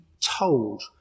told